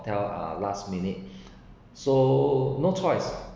hotel uh last minute so no choice